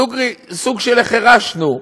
דוגרי, סוג של החרשנו,